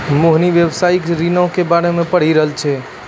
मोहिनी व्यवसायिक ऋणो के बारे मे पढ़ि रहलो छै